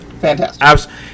Fantastic